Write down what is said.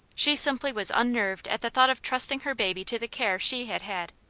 she simply was unnerved at the thought of trusting her baby to the care she had had.